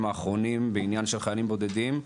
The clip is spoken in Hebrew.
האחרונים בעניין של חיילים בודדים,